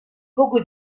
poco